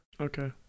Okay